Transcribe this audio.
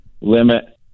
limit